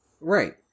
Right